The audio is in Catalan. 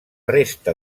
resta